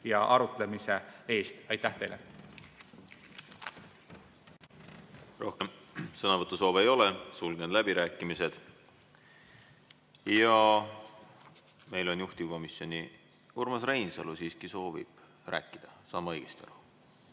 ja arutlemise eest! Aitäh teile! Rohkem sõnavõtusoove ei ole, sulgen läbirääkimised. Meil on juhtivkomisjoni ... Urmas Reinsalu siiski soovib rääkida, saan ma õigesti aru?